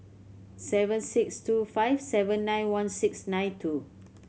seven six two five seven nine one six nine two